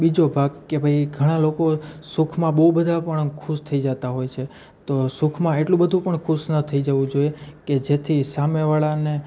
બીજો ભાગ કે ભાઈ ઘણા લોકો સુખમાં બહુ બધા પણ ખુશ થઈ જાતા હોય છે તો સુખમાં એટલું બધું પણ ખુશ ન થઈ જવું જોઈએ કે જેથી સામે વાળાને